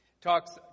talks